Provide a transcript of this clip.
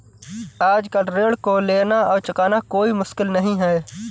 आजकल ऋण को लेना और चुकाना कोई मुश्किल नहीं है